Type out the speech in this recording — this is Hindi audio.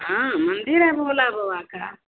हाँ मंदिर है भोला बाबा का